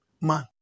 Man